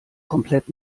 komplett